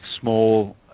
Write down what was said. small